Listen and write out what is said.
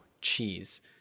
cheese